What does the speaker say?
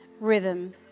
rhythm